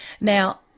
Now